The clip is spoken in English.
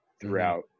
throughout